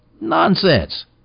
Nonsense